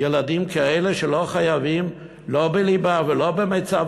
ילדים כאלה שלא חייבים לא בליבה ולא במיצ"ב,